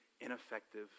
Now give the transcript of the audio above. ineffective